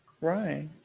Right